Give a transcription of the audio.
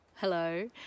Hello